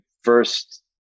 first